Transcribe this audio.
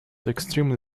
extremely